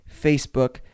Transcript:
Facebook